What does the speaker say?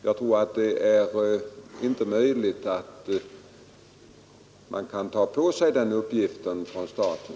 Jag tror inte det är möjligt för staten att ta på sig den uppgiften.